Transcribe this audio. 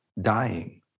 dying